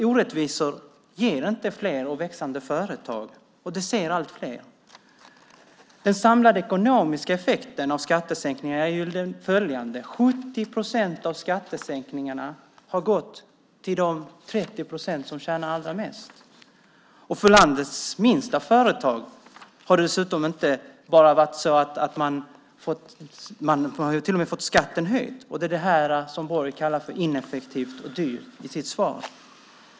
Orättvisor ger inte fler och växande företag, och det ser allt fler. Den samlade ekonomiska effekten av skattesänkningar är följande: 70 procent av skattesänkningarna har gått till de 30 procent som tjänar allra mest. Landets minsta företag har till och med fått höjd skatt. Här talar Borg i sitt svar om ineffektivt och dyrt.